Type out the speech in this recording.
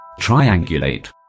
triangulate